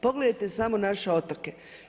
Pogledajte samo naše otoke.